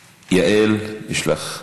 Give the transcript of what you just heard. יעל, יש לך?